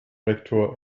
rektor